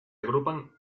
agrupan